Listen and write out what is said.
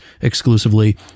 exclusively